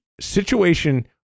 situation